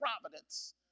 providence